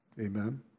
Amen